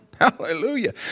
hallelujah